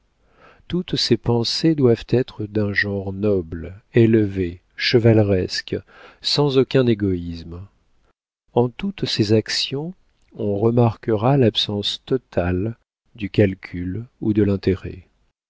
toutes ses pensées doivent être d'un genre noble élevé chevaleresque sans aucun égoïsme en toutes ses actions on remarquera l'absence totale du calcul ou de l'intérêt